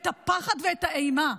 את הפחד ואת האימה.